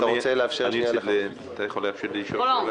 אדוני, אתה יכול לאפשר לי לשאול שאלה?